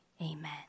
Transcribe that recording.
amen